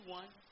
one